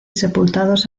sepultados